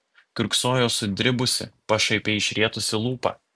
kiurksojo sudribusi pašaipiai išrietusi lūpą